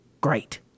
great